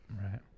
right